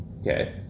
Okay